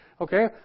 Okay